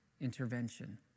intervention